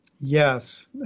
Yes